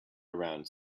around